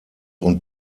und